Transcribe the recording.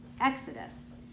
Exodus